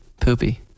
poopy